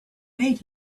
made